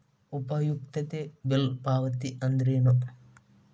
ಉಪಯುಕ್ತತೆ ಬಿಲ್ ಪಾವತಿ ಅಂದ್ರೇನು?